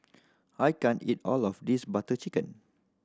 I can't eat all of this Butter Chicken